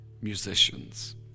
musicians